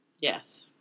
Yes